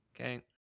Okay